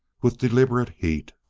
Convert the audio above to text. with deliberate heat.